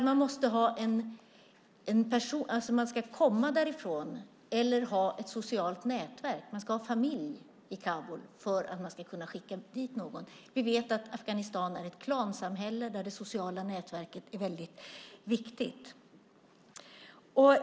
Man ska alltså komma från den platsen eller ha ett socialt nätverk där. Man ska ha familj i Kabul för att kunna skickas dit. Vi vet att Afghanistan är ett klansamhälle där det sociala nätverket är mycket viktigt.